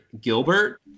Gilbert